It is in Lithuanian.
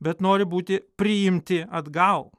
bet nori būti priimti atgal